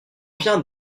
viens